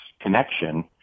connection